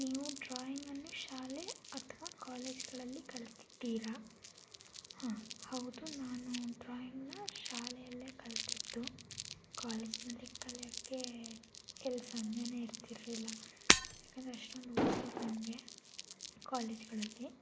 ನೀವು ಡ್ರಾಯಿಂಗನ್ನು ಶಾಲೆ ಅಥವಾ ಕಾಲೇಜುಗಳಲ್ಲಿ ಕಲ್ತಿದ್ದೀರಾ ಹಾನ್ ಹೌದು ನಾನು ಡ್ರಾಯಿಂಗ್ನ ಶಾಲೆಯಲ್ಲೇ ಕಲ್ತಿದ್ದು ಕಾಲೇಜ್ನಲ್ಲಿ ಕಲಿಯೋಕ್ಕೆಲ್ಲ ಸಮಯನೇ ಇರ್ತಿರಲಿಲ್ಲ ಯಾಕೆಂದ್ರೆ ಅಷ್ಟೊಂದು ಒದಿಸೋರು ನಮಗೆ ಕಾಲೇಜ್ಗಳಲ್ಲಿ